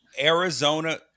Arizona